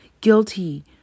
guilty